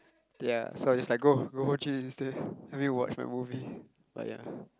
ya so I was just like go go instead let me watch my movie but ya